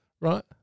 Right